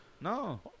No